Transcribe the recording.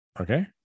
Okay